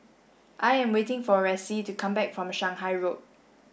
I am waiting for Reece to come back from Shanghai Road